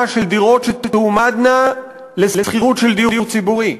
של דירות שתועמדנה לשכירות של דיור ציבורי,